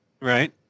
right